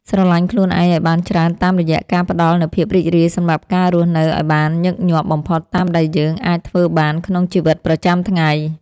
ស្រឡាញ់ខ្លួនឯងឱ្យបានច្រើនតាមរយៈការផ្ដល់នូវភាពរីករាយសម្រាប់ការរស់នៅឱ្យបានញឹកញាប់បំផុតតាមដែលយើងអាចធ្វើបានក្នុងជីវិតប្រចាំថ្ងៃ។